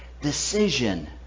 decision